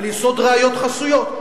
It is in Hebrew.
על יסוד ראיות חסויות.